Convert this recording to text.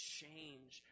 change